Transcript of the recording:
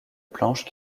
planches